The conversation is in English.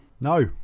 No